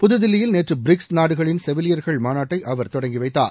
புததில்லியில் நேற்று பிரிக்ஸ் நாடுகளின் செவிலியர்கள் மாநாட்டை அவர் தொடங்கி வைத்தார்